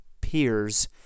peers